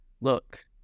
look